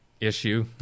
issue